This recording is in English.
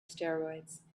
steroids